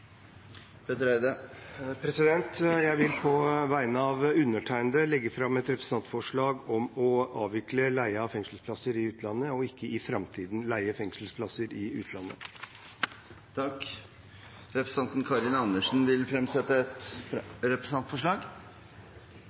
Jeg vil på vegne av undertegnede legge fram et representantforslag om å avvikle leie av fengselsplasser i utlandet og ikke i framtiden leie fengselsplasser i utlandet. Representanten Karin Andersen vil fremsette et representantforslag.